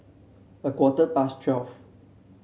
a quarter past twelve